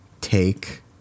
Take